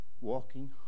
walking